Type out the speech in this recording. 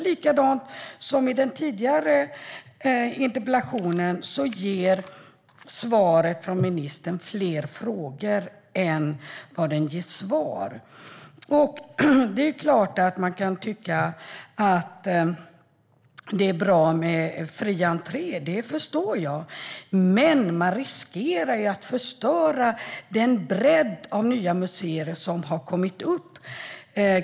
Liksom i den tidigare interpellationsdebatten ger svaret från ministern fler frågor än svar. Det är klart att man kan tycka att det är bra med fri entré - det förstår jag. Men man riskerar att förstöra den bredd av nya museer som har kommit.